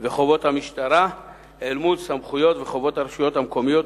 וחובות המשטרה אל מול סמכויות וחובות הרשויות המקומיות,